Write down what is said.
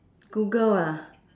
google ah